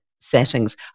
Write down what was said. settings